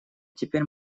теперь